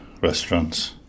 restaurants